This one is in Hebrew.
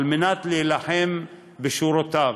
כדי להילחם בשורותיו.